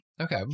Okay